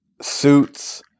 suits